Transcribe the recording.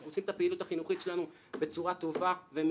אנחנו עושים את הפעילות החינוכית שלנו בצורה טובה ומעולה.